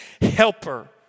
helper